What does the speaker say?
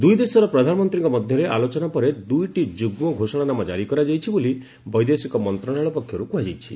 ଦୁଇଦେଶର ପ୍ରଧାନମନ୍ତ୍ରୀଙ୍କ ମଧ୍ୟରେ ଆଲୋଚନା ପରେ ଦୁଇଟି ଯୁଗ୍ମ ଘୋଷଣାନାମା ଜାରି କରାଯାଇଛି ବୋଲି ବୈଦେଶିକ ମନ୍ତ୍ରଣାଳୟ ପକ୍ଷରୁ କୁହାଯାଇଛି